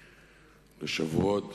לשבועות,